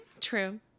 True